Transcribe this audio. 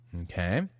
Okay